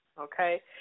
okay